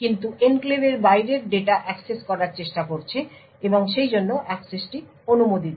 কিন্তু ছিটমহলের বাইরের ডেটা অ্যাক্সেস করার চেষ্টা করছে এবং সেইজন্য অ্যাক্সেসটি অনুমোদিত